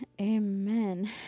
Amen